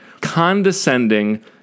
condescending